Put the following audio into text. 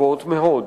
גבוהות מאוד.